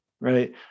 right